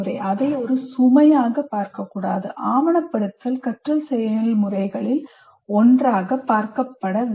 அதை ஒரு சுமையாக பார்க்கக்கூடாது ஆவணப்படுத்தல் கற்றல் செயல்முறைகளில் ஒன்றாக பார்க்கப்பட வேண்டும்